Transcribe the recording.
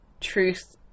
truth